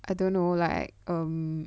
I don't know like um